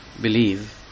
Believe